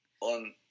on